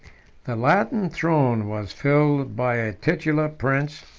the latin throne was filled by a titular prince,